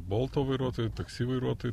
bolto vairuotojui taksi vairuotojui